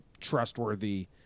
trustworthy